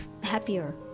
happier